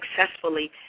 successfully